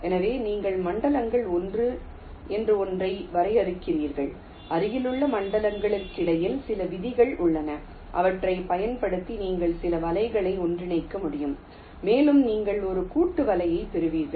எனவே நீங்கள் மண்டலங்கள் என்று ஒன்றை வரையறுக்கிறீர்கள் அருகிலுள்ள மண்டலங்களுக்கிடையில் சில விதிகள் உள்ளன அவற்றைப் பயன்படுத்தி நீங்கள் சில வலைகளை ஒன்றிணைக்க முடியும் மேலும் நீங்கள் ஒரு கூட்டு வலையைப் பெறுவீர்கள்